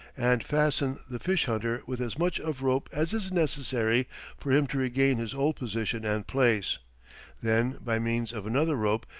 and fasten the fish-hunter with as much of rope as is necessary for him to regain his old position and place then, by means of another rope,